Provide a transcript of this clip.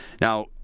Now